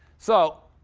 so,